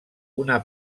una